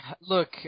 Look